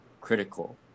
critical